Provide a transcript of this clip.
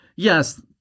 Yes